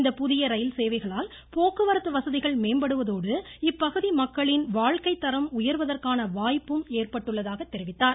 இந்த புதிய ரயில்சேவைகளால் போக்குவரத்து வசதிகள் மேம்படுவதோடு இப்பகுதி மக்களின் வாழ்க்கைத்தரம் உயர்வதற்கான வாய்ப்பு ஏற்பட்டுள்ளதாக தெரிவித்தார்